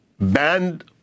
Banned